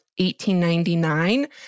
1899